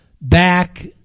back